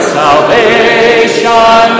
salvation